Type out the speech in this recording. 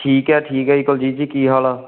ਠੀਕ ਹੈ ਠੀਕ ਹੈ ਜੀ ਕੁਲਜੀਤ ਜੀ ਕੀ ਹਾਲ ਆ